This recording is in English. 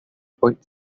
point